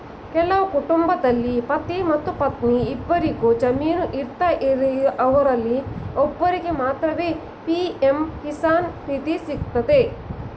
ಕೆಲವು ಕುಟುಂಬದಲ್ಲಿ ಪತಿ ಮತ್ತು ಪತ್ನಿ ಇಬ್ಬರಿಗು ಜಮೀನು ಇರ್ತದೆ ಅವರಲ್ಲಿ ಒಬ್ಬರಿಗೆ ಮಾತ್ರವೇ ಪಿ.ಎಂ ಕಿಸಾನ್ ನಿಧಿ ಸಿಗ್ತದೆ